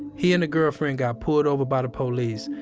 he and a girlfriend got pulled over by the police,